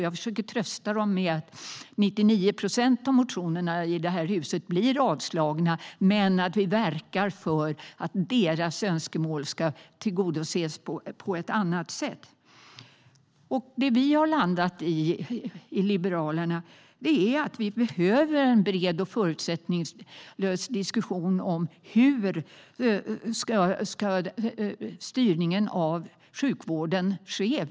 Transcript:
Jag försöker trösta dem med att 99 procent av motionerna i det här huset blir avslagna men att vi verkar för att deras önskemål ska tillgodoses på andra sätt. Det vi i Liberalerna har landat i är att vi behöver en bred och förutsättningslös diskussion om hur styrningen av sjukvården ska ske.